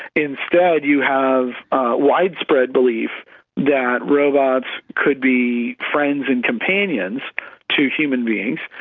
instead you have widespread belief that robots could be friends and companions to human beings,